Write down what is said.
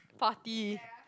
party